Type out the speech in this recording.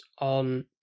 on